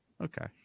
Okay